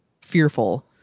fearful